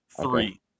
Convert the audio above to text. Three